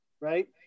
right